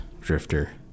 drifter